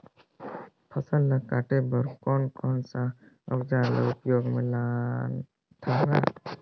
फसल ल काटे बर कौन कौन सा अउजार ल उपयोग में लानथा गा